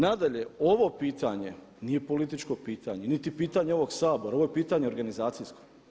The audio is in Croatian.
Nadalje, ovo pitanje nije političko pitanje, niti pitanje ovog Sabora, ovo je pitanje organizacijsko.